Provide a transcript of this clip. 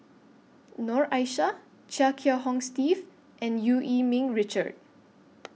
Noor Aishah Chia Kiah Hong Steve and EU Yee Ming Richard